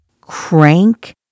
Crank